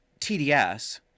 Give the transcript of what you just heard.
TDS